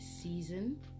season